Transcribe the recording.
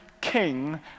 king